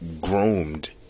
groomed